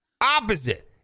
Opposite